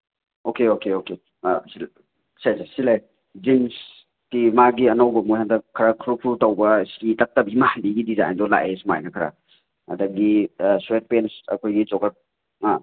okay okay okay ꯁꯤꯜ ꯁꯦ ꯁꯤꯗ ꯂꯩꯔꯦ ꯖꯤꯟꯁꯀꯤ ꯃꯥꯒꯤ ꯑꯅꯧꯕ ꯃꯣꯏ ꯍꯟꯗꯛ ꯈꯔ ꯐ꯭ꯔꯨ ꯐ꯭ꯔꯨ ꯇꯧꯕ ꯁ꯭ꯇ꯭ꯔꯤ ꯇꯛꯇꯕꯤ ꯃꯥꯟꯕꯤꯒꯤ ꯗꯤꯖꯥꯏꯟꯗꯣ ꯂꯥꯛꯑꯦ ꯁꯨꯃꯥꯏꯅ ꯈꯔ ꯑꯗꯒꯤ ꯁ꯭ꯋꯦꯠ ꯄꯦꯟꯁ ꯑꯩꯈꯣꯏꯒꯤ ꯖꯣꯒꯔ ꯑ